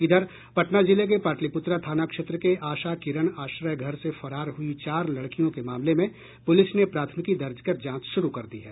इधर पटना जिले के पाटलिपूत्रा थाना क्षेत्र के आशा किरण आश्रय घर से फरार हुई चार लड़कियों के मामले में पुलिस ने प्राथमिकी दर्ज कर जांच शुरू कर दी है